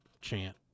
chant